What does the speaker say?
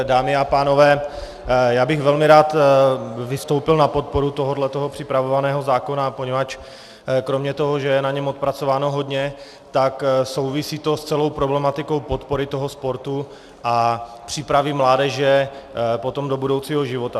Dámy a pánové, já bych velmi rád vystoupil na podporu tohoto připravovaného zákona, poněvadž kromě toho, že je na něm odpracováno hodně, tak souvisí to s celou problematikou podpory tohoto sportu a přípravy mládeže potom do budoucího života.